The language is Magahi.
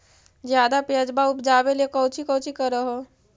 ज्यादा प्यजबा उपजाबे ले कौची कौची कर हो?